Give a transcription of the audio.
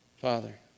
Father